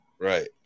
Right